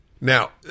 Now